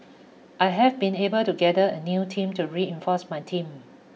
I have been able to gather a new team to reinforce my team